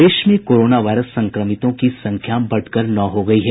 प्रदेश में corona virus संक्रमितों की संख्या बढ़कर नौ हो गयी है